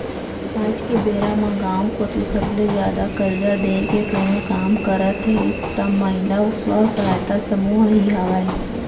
आज के बेरा म गाँव कोती सबले जादा करजा देय के कोनो काम करत हे त महिला स्व सहायता समूह ही हावय